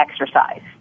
exercise